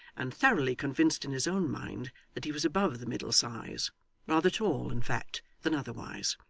and thoroughly convinced in his own mind that he was above the middle size rather tall, in fact, than otherwise.